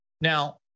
Now